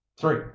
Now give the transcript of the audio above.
three